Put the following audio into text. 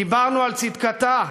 דיברנו על צדקתה,